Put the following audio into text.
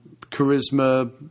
charisma